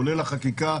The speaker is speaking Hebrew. כולל החקיקה,